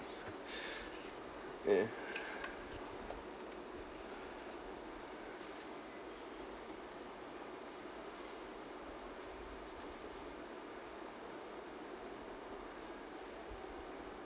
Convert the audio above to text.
yeah